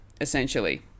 essentially